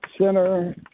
center